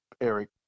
Eric